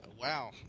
Wow